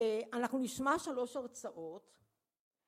אנחנו נשמע שלוש הרצאות